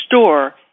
store